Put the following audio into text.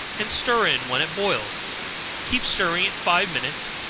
and stir in when it boils keep stirring it five minutes,